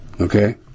Okay